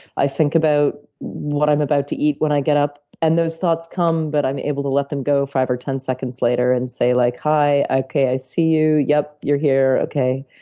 i think about what i'm about to eat when i get up, and those thoughts come, but i'm able to let them go five or ten seconds later and say, like, hi, okay, i see you, yeah, you're here. okay.